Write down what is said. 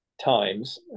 times